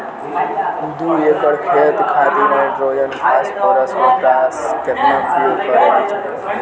दू एकड़ खेत खातिर नाइट्रोजन फास्फोरस पोटाश केतना उपयोग करे के चाहीं?